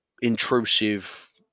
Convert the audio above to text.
intrusive